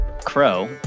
Crow